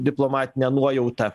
diplomatinė nuojauta